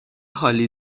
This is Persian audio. حالی